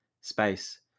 space